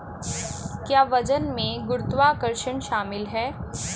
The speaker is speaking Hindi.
क्या वजन में गुरुत्वाकर्षण शामिल है?